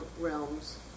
realms